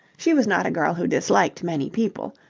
she was not a girl who disliked many people,